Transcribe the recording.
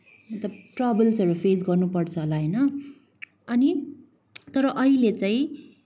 मतलब ट्रबल्सहरू फेस गर्नुपर्छ होला होइन अनि तर अहिले चाहिँ